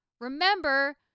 remember